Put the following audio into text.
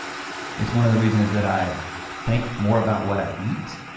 it's one of the reasons that i think more about what i eat